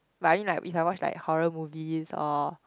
but I mean if like I watch like horror movies or